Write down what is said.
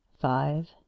Five